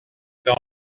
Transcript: dans